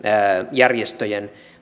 järjestöjen lippujen ja vastaavien